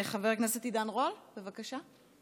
חבר הכנסת עידן רול, בבקשה.